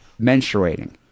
menstruating